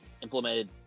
implemented